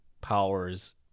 powers